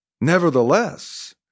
Nevertheless